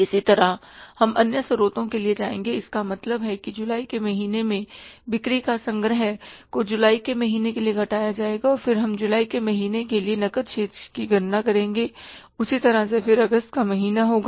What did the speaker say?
इसी तरह हम अन्य स्रोतों के लिए जाएंगे इसका मतलब है कि जुलाई के महीने में बिक्री का संग्रह को जुलाई के महीने के लिए घटाया जाएगा और फिर हम जुलाई के महीने के लिए नकद शेष की गणना करेंगे उसी तरह से फिर अगस्त का महीना होगा